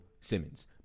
Simmons